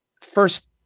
first